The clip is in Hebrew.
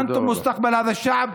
אתם עתיד האנושות.